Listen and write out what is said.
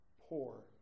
poor